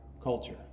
culture